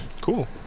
Cool